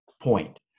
point